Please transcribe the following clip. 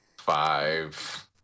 Five